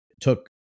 took